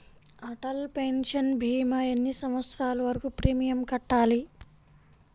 Atal pension భీమా ఎన్ని సంవత్సరాలు వరకు ప్రీమియం కట్టాలి?